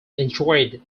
enjoyed